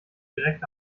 direkt